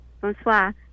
Bonsoir